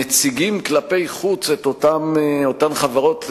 מציגים כלפי חוץ את אותן חברות,